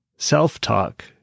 Self-talk